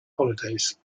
holidays